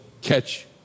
catch